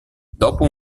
dopo